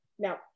Now